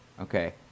Okay